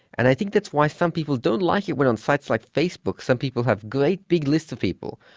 and i think that's why some people don't like it when on sites like facebook some people have great big lists of people,